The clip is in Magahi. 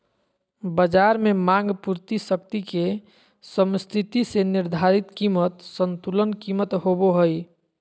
बज़ार में मांग पूर्ति शक्ति के समस्थिति से निर्धारित कीमत संतुलन कीमत होबो हइ